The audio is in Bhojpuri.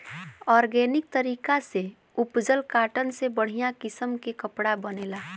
ऑर्गेनिक तरीका से उपजल कॉटन से बढ़िया किसम के कपड़ा बनेला